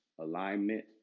alignment